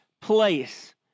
place